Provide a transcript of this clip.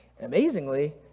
Amazingly